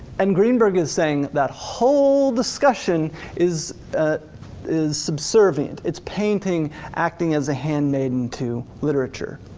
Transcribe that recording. and greenberg is saying that whole discussion is ah is subservient, it's painting acting as a handmaiden to literature.